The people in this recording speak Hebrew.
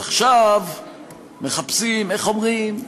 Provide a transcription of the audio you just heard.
אז עכשיו מחפשים, איך אומרים?